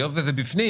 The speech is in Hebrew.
היות שזה בפנים,